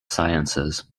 sciences